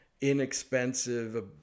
inexpensive